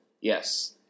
Yes